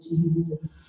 Jesus